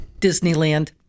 Disneyland